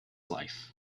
life